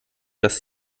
dass